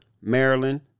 Maryland